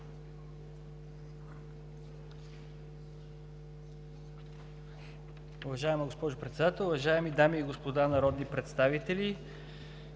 Уважаема госпожо Председател, уважаеми дами и господа народни представители!